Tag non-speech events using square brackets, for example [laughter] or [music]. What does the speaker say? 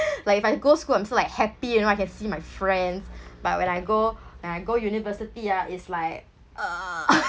[laughs] like if I go school I'm still like happy you know I can see my friends [breath] but when I go [breath] when I go university ah is like ugh